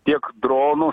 tiek dronų